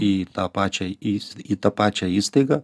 į tą pačią įs į tą pačią įstaigą